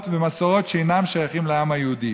ומסורות שאינם שייכים לעם היהודי.